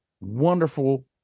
wonderful